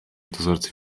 dozorcy